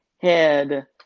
head